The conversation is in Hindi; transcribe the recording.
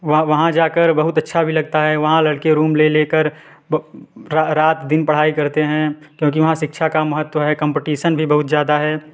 वहाँ वहाँ जाकर बहुत अच्छा भी लगता है वहाँ लड़के रूम ले ले कर रात दिन पढ़ाई करते हैं क्योंकि वहाँ शिक्षा का महत्व है कॉम्पटीशन भी बहुत ज़्यादा है